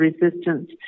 resistance